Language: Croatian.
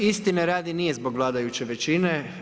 Istine radi nije zbog vladajuće većine.